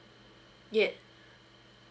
yet